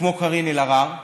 וכמו קארין אלהרר